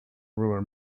ruler